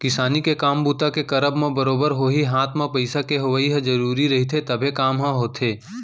किसानी के काम बूता के करब म बरोबर होही हात म पइसा के होवइ ह जरुरी रहिथे तभे काम ह होथे